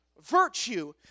virtue